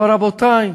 אבל, רבותי,